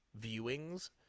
viewings